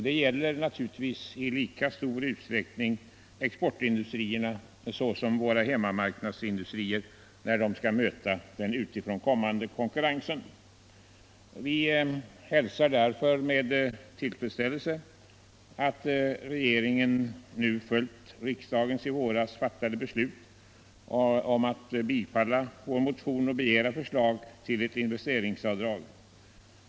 Detta gäller naturligtvis i lika stor utsträckning exportindustrierna som våra hemmamarknadsindustrier, när de skall brottas med den utifrån kommande konkurrensen. Vi hälsar därför med tillfredsställelse att regeringen nu följt riksdagens i våras fattade beslut om att bifalla vår motion och begära förslag till ett investeringsavdrag.